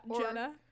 Jenna